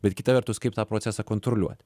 bet kita vertus kaip tą procesą kontroliuot